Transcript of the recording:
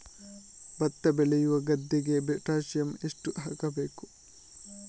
ಭತ್ತ ಬೆಳೆಯುವ ಗದ್ದೆಗೆ ಪೊಟ್ಯಾಸಿಯಂ ಎಷ್ಟು ಹಾಕಬೇಕು?